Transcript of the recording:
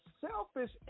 selfish